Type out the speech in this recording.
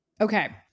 Okay